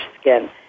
skin